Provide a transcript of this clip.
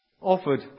offered